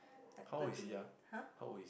like platoon mate [huh]